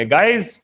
Guys